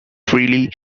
freely